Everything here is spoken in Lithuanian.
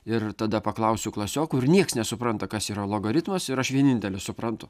ir tada paklausiu klasiokų ir nieks nesupranta kas yra logaritmas ir aš vienintelis suprantu